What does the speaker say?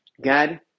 God